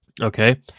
okay